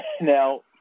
Now